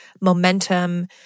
momentum